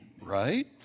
right